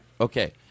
okay